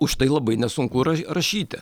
už tai labai nesunku ra rašyti